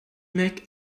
make